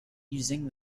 using